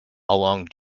along